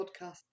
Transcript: podcast